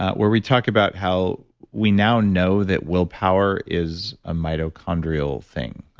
ah where we talk about how we now know that willpower is a mitochondrial thing.